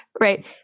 Right